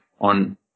on